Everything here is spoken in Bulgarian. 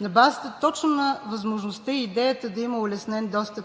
На базата точно на възможността и идеята да има улеснен достъп